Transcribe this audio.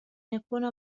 يكون